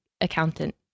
accountant